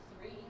three